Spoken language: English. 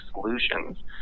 solutions